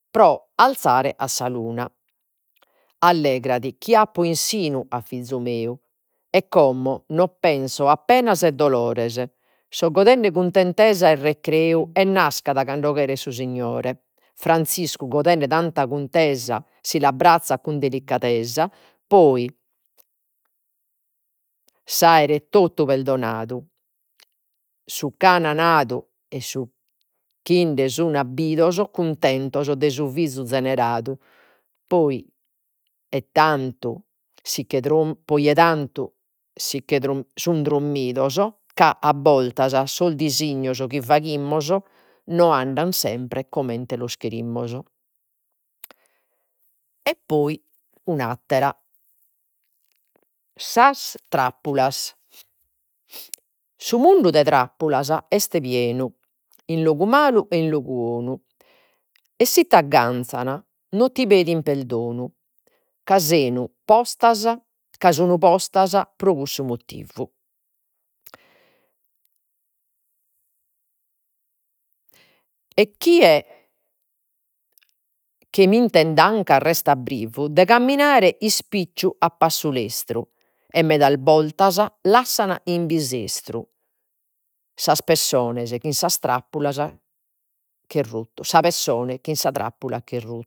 Pro arzare a sa luna. Allegradi chi apo in sinu a fizu meu, e como non penso a penas e dolores, so godende cuntentesa e recreu e nascat cando cheret su Segnore. Franziscu godende tanta cuntesa si l'abbrazzat cun delicadesa. Poi aere totu perdonadu, su chi an nadu e su chi nde sun appidos cuntentos de su fizu zeneradu, poi e tantu si che poi de tantu si sun drommidos ca a bortas sos dissignos chi faghimus, no andan sempre comente los cherimus. E poi un’attera, sas trappulas. Su mundu de trappulas nd'est pienu in logu malu e in logu onu. E si ti agganzan no ti pedin perdonu postas ca sun postas pro cussu motivu. E chie che restat brivu de caminare ispicciu, a passu lestru, e medas bortas lassan in bisestru sas pessones chi in sa trappulas ch'est sa persone chi in sa trappola ch'est ru